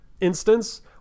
instance